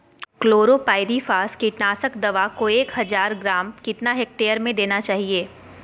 Chlorpyrifos कीटनाशक दवा को एक हज़ार ग्राम कितना हेक्टेयर में देना चाहिए?